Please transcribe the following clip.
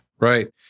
Right